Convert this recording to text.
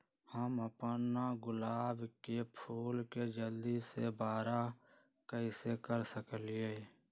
हम अपना गुलाब के फूल के जल्दी से बारा कईसे कर सकिंले?